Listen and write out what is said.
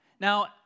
Now